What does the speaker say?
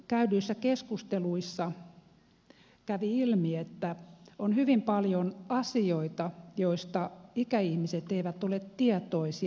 käydyissä keskusteluissa kävi ilmi että on hyvin paljon asioita joista ikäihmiset eivät ole tietoisia